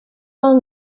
mal